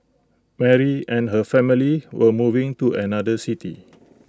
Mary and her family were moving to another city